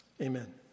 Amen